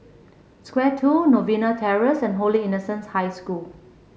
Square Two Novena Terrace and Holy Innocents' High School